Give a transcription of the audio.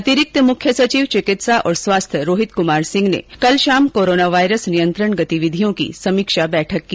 अतिरिक्त मुख्य सचिव चिकित्सा और स्वास्थ्य रोहित कुमार सिंह ने कल शाम कोरोना वायरस नियंत्रण गतिविधियों की समीक्षा बैठक की